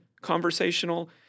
conversational